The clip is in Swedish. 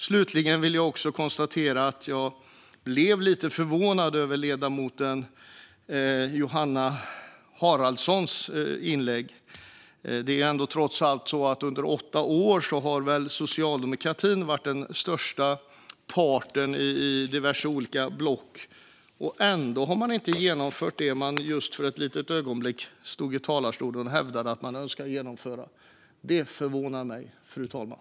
Slutligen konstaterar jag att jag blev lite förvånad över ledamoten Johanna Haraldssons inlägg. Socialdemokratin har trots allt varit den största parten i diverse olika block under åtta år. Ändå har man inte genomfört det man för ett litet ögonblick sedan hävdade i talarstolen att man önskar genomföra. Det förvånar mig, fru talman.